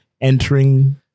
entering